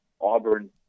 Auburn